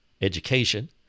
education